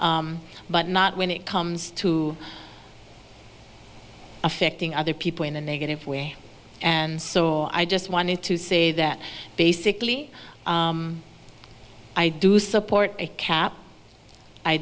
but not when it comes to affecting other people in a negative way and so i just wanted to say that basically i do support a cap i